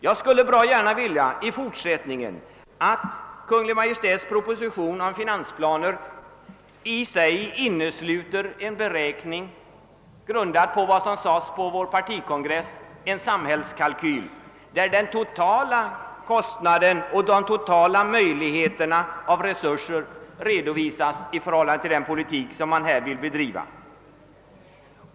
Jag skulle bra gärna vilja att Kungl. Maj:t i fortsättningen i propositioner och finansplaner innesluter en beräkning, grundad på vad som yttrades på vår partikongress angående behovet av en samhällskalkyl där den totala kostnaden och de totala resurserna redovisas med hänsyn till den politik som vi önskar bedriva.